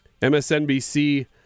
MSNBC